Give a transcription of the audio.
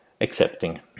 accepting